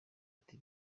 ati